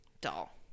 doll